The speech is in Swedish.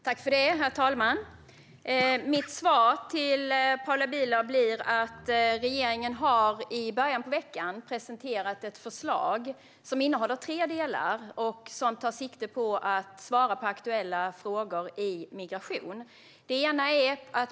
Herr talman! Mitt svar till Paula Bieler blir att regeringen i början av veckan presenterade ett förslag som innehåller tre delar. Förslaget tar sikte på att svara på aktuella frågor inom migrationsområdet.